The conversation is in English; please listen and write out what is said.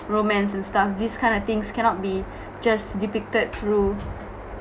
romance and stuff this kind of things cannot be just depicted through